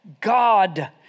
God